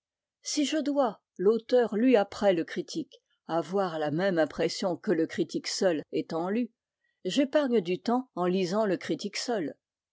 si je dois l'auteur lu après le critique avoir la même impression que le critique seul étant lu j'épargne du temps en lisant le critique seul